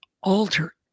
alter